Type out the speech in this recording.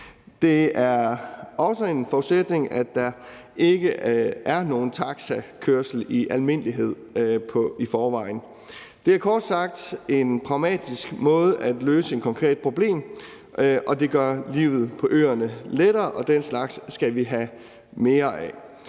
Det er også en forudsætning, at der ikke er nogen taxakørsel i almindelighed i forvejen. Det er kort sagt en pragmatisk måde at løse et konkret problem på, og det gør livet på øerne lettere, og den slags skal vi have mere af.